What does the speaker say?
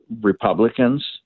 Republicans